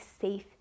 safe